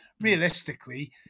realistically